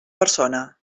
persona